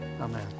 Amen